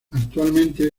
actualmente